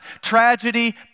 tragedy